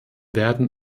werden